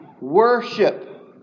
Worship